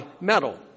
metal